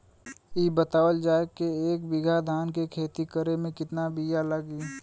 इ बतावल जाए के एक बिघा धान के खेती करेमे कितना बिया लागि?